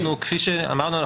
כפי שאמרנו,